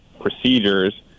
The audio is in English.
procedures